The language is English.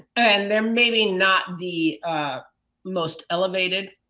and there may be not the most elevated